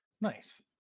Nice